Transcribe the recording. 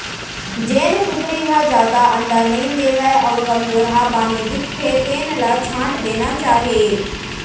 जेन कुकरी ह जादा अंडा नइ देवय अउ कमजोरहा बानी दिखथे तेन ल छांट देना चाही